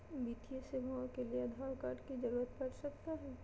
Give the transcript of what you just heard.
वित्तीय सेवाओं के लिए आधार कार्ड की जरूरत पड़ सकता है?